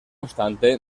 obstante